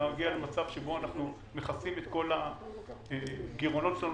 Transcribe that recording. נגיע למצב שבו אנחנו מכסים את כל הגירעונות שלנו